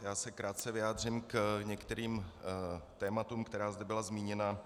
Já se krátce vyjádřím k některým tématům, která zde byla zmíněna.